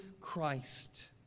Christ